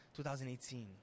2018